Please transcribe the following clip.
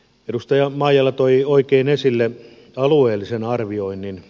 edustaja maijala toi oikein esille alueellisen arvioinnin